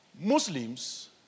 Muslims